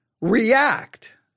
react